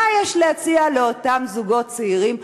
מה יש להציע לאותם זוגות צעירים,